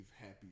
happy